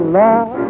love